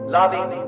loving